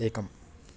एकम्